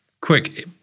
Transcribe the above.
quick